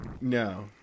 No